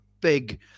big